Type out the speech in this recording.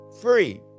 free